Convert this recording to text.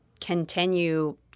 continue